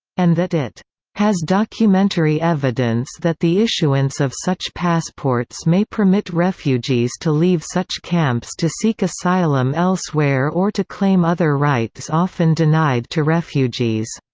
and that it has documentary evidence that the issuance of such passports may permit refugees to leave such camps to seek asylum elsewhere or to claim other rights often denied to refugees.